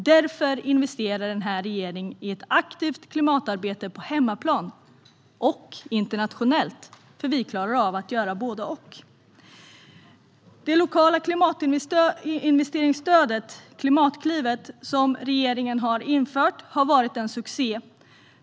Därför investerar den här regeringen i ett aktivt klimatarbete på hemmaplan och internationellt, för vi klarar av att göra både och. Det lokala klimatinvesteringsstöd som regeringen har infört, Klimatklivet, har varit en succé.